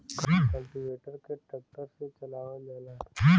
cultivator के tractor से चलावल जाला